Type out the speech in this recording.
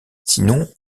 sinon